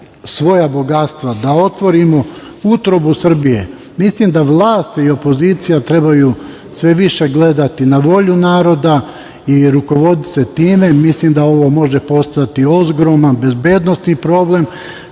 da otvorimo utrobu Srbije? Mislim da vlast i opozicija trebaju sve više gledati na volju naroda i rukovoditi se time, mislim da ovo može postati ogroman bezbednosni problem